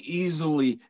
easily